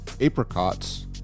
apricots